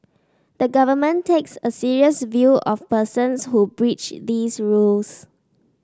the Government takes a serious view of persons who breach these rules